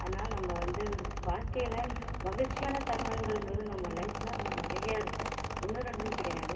அதனால நம்ம வந்து வாழ்க்கையில் மகிழ்ச்சியான தருணங்களுங்கிறது நம்ம லைப்பில் நிறையா இருக்குது ஒன்று ரெண்டுன்னு கிடையாது